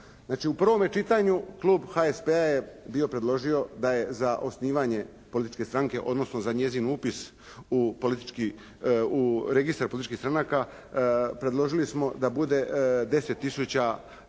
u prvome čitanju klub HSP-a je bio predložio da je za osnivanje političke stranke, odnosno za njezin upis u politički, u registar političkih stranaka predložili smo da bude 10